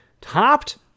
topped